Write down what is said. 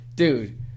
Dude